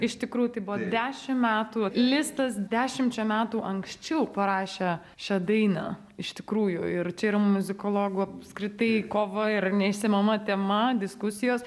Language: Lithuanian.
iš tikrųjų tai buvo dešimt metų listas dešimčia metų anksčiau parašė šią dainą iš tikrųjų ir čia yra muzikologų apskritai kovoja ir neišsemiama tema diskusijos